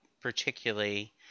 particularly